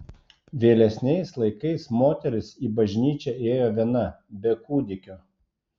vėlesniais laikais moteris į bažnyčią ėjo viena be kūdikio